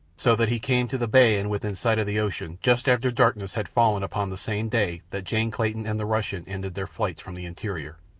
so that he came to the bay and within sight of the ocean just after darkness had fallen upon the same day that jane clayton and the russian ended their flights from the interior.